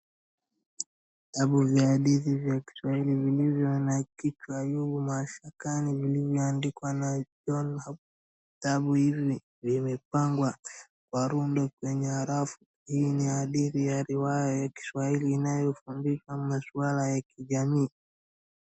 Vitabu vya hadithi vya Kiswahili vilivyo na kichwa, Ayubu Mashakani, vilivyo andikwa na John Habwa. Vitabu hivi vimepangwa kwa rundu zenye arafu. Hii ni hadithi ya riwaya ya Kiswahili inayofundisha maswala ya kijamii.